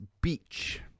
Beach